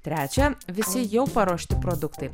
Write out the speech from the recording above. trečia visi jau paruošti produktai